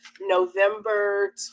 November